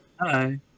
Hi